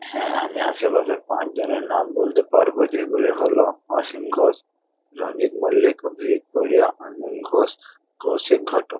হ্যাঁ আমি আশেপাশের পাঁচজনের নাম বলতে পারবো যেগুলি হলো অসীম ঘোষ রঞ্জিত মল্লিক অভিজিৎ পড়িয়া অঞ্জন ঘোষ কৌশিক ঘটক